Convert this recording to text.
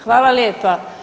Hvala lijepa.